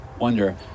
wonder